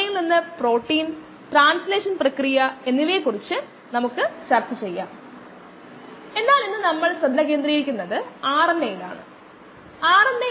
ആദ്യ ഓർഡർ എക്സ്പ്രഷനായി നമ്മൾ rd യെ പ്രതിനിധീകരിച്ചു kdxv കോശങ്ങളുടെ നാശനിരക്ക് സ്ഥിരമായ കോശങ്ങളുടെ ഏകാഗ്രതയ്ക്ക് തുല്യമാണ്